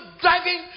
driving